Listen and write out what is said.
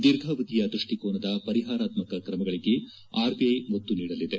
ದೀರ್ಘಾವಧಿಯ ದೃಷ್ಟಿಕೋನದ ಪರಿಹಾರಾತ್ಮಕ ಕ್ರಮಗಳಿಗೆ ಆರ್ಬಿಐ ಒತ್ತು ನೀಡಲಿದೆ